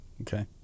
Okay